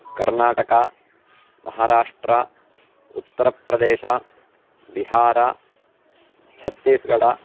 कर्नाटका महाराष्ट्रः उत्तरप्रदेशः बिहार् छत्तीस्गड्